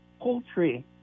Poultry